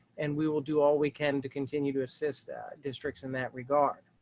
and we will do all we can to continue to assist districts in that regard.